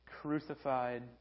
crucified